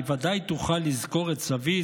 היא ודאי תוכל לזכור את סבי,